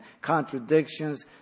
contradictions